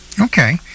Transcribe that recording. okay